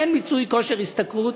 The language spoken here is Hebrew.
אין מיצוי כושר השתכרות,